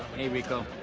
hey, ricco.